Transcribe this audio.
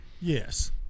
Yes